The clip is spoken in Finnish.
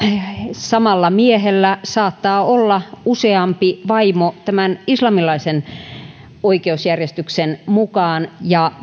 samalla miehellä saattaa olla useampi vaimo islamilaisen oikeusjärjestyksen mukaan ja